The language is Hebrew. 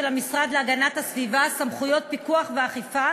המשרד להגנת הסביבה סמכויות פיקוח ואכיפה